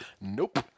Nope